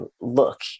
look